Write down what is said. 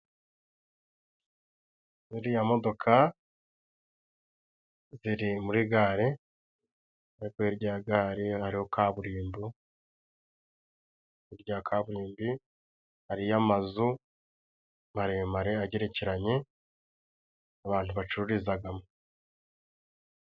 Iriya modoka iri muri gare, ariko hirya ya gare hariho kaburimbo. Irya ya kaburimbi, hariyo amazu maremare agerekeranye abantu bacururizagamo.